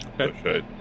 Okay